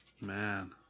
Man